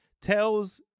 tells